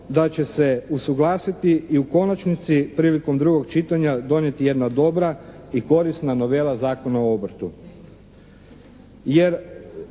da će se usuglasiti i u konačnici prilikom drugog čitanja donijeti jedna dobra i korisna novela Zakona o obrtu.